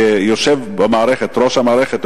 כמי שיושב בראש המערכת,